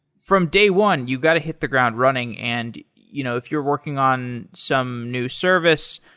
from day one, you got to hit the ground running. and you know if you're working on some new service,